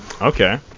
okay